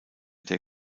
der